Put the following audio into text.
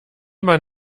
man